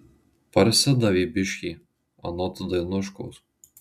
parsidavė biškį anot dainuškos